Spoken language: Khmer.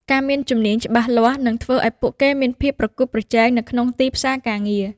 ការមានជំនាញច្បាស់លាស់នឹងធ្វើឱ្យពួកគេមានភាពប្រកួតប្រជែងនៅក្នុងទីផ្សារការងារ។